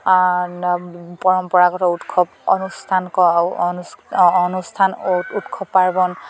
পৰম্পৰাগত উৎসৱ অনুষ্ঠান ক অনুষ্ঠান উৎসৱ পাৰ্বণ